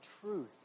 truth